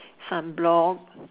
sunblock